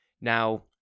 Now